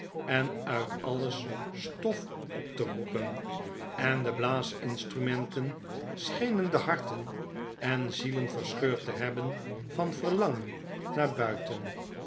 en uit alles stof op te roepen en de blaasinstrumenten schenen de harten en zielen verscheurd te hebben van verlangen naar buiten